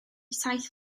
taith